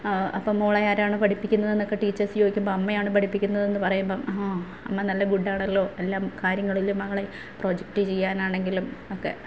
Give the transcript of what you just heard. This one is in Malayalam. അപ്പം മോളെ ആരാണ് പഠിപ്പിക്കുന്നത് എന്നൊക്കെ ടീച്ചേഴ്സ്സ് ചോദിക്കുമ്പോൾ അമ്മയാണ് പഠിപ്പിക്കുന്നത് എന്നു പറയുമ്പം ആ അമ്മ നല്ല ഗുഡ്ഡാണല്ലൊ എല്ലാം കാര്യങ്ങളിലും മകളെ പ്രൊജെക്റ്റ് ചെയ്യാനാണെങ്കിലും ഒക്കെ